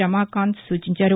రమాకాంత్ సూచించారు